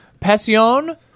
pasión